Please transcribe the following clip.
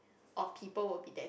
or people will be there